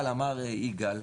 אבל אמר יגאל,